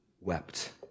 wept